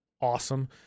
Awesome